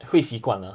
会习惯 lah